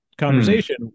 Conversation